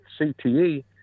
CTE